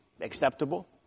acceptable